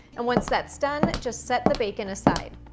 and once that's done just set the bacon aside.